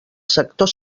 sector